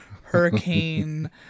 hurricane